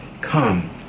come